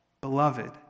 beloved